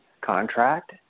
contract